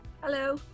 Hello